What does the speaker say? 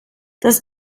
das